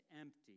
empty